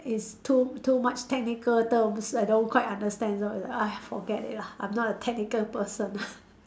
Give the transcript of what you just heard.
it's too too much technical terms I don't quite understand it !ugh! forget it lah I'm not a technical person